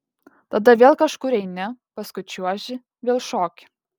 tada vėl kažkur eini paskui čiuoži vėl šoki